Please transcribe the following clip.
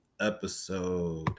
episode